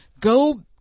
Go